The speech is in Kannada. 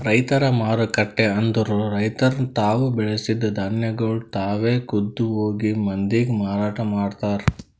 ರೈತರ ಮಾರುಕಟ್ಟೆ ಅಂದುರ್ ರೈತುರ್ ತಾವು ಬೆಳಸಿದ್ ಧಾನ್ಯಗೊಳ್ ತಾವೆ ಖುದ್ದ್ ಹೋಗಿ ಮಂದಿಗ್ ಮಾರಾಟ ಮಾಡ್ತಾರ್